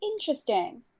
interesting